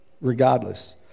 regardless